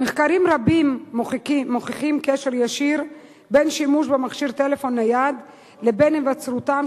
מחקרים רבים מוכיחים קשר ישיר בין שימוש במכשיר טלפון נייד לבין היווצרותם